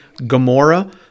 Gamora